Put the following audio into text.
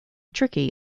tricky